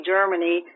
Germany